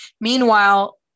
Meanwhile